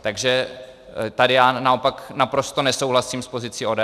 Takže tady já naopak naprosto nesouhlasím s pozicí ODS.